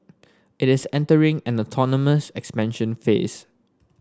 it is entering an autonomous expansion phase